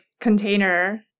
container